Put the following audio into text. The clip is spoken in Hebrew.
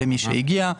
למי שהגיע.